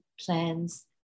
plans